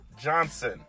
Johnson